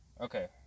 okay